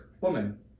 woman